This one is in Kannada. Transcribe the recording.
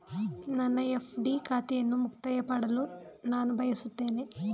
ನನ್ನ ಎಫ್.ಡಿ ಖಾತೆಯನ್ನು ಮುಕ್ತಾಯ ಮಾಡಲು ನಾನು ಬಯಸುತ್ತೇನೆ